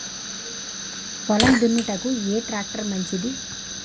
పొలం దున్నుటకు ఏ ట్రాక్టర్ మంచిది?